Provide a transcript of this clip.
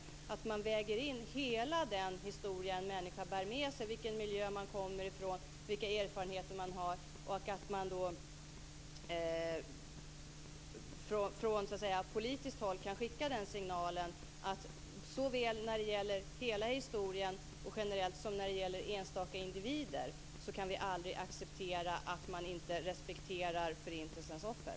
Man måste väga in hela den historia en människa bär med sig, vilken miljö människan kommer ifrån och vilka erfarenheter människan har. Rent politiskt måste vi skicka signalen att såväl i fråga om hela vår historia som för enstaka individer kan vi aldrig acceptera att man inte respekterar Förintelsens offer.